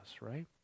right